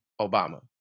Obama